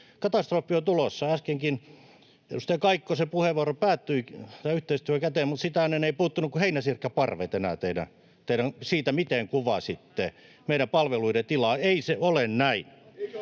katastrofi on tulossa. Äskenkin edustaja Kaikkosen puheenvuoro päättyi yhteistyön käteen, mutta sitä ennen eivät puuttuneet kuin heinäsirkkaparvet enää siitä, miten kuvasitte meidän palveluiden tilaa. Ei se ole näin.